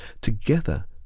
Together